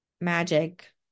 magic